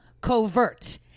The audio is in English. covert